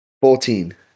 Fourteen